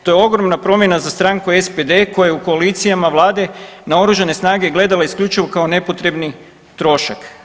To je ogromna promjena za stranku SPD koja je u koalicijama vlade na oružane snage gledala isključivo kao nepotrebni trošak.